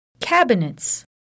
Cabinets